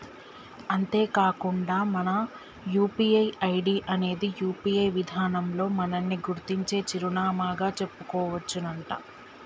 అంతేకాకుండా మన UPI ID అనేది యూ.పీ.ఐ విధానంలో మనల్ని గుర్తించే చిరునామాగా చెప్పుకోవచ్చునంట